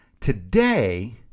Today